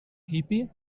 hippy